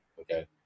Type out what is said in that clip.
okay